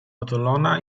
otulona